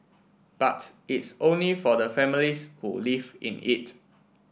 but it's only for the families who live in it